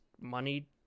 money